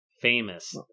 famous